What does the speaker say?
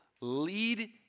lead